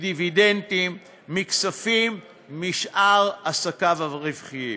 מדיבידנדים ומכספים משאר עסקיו הרווחיים.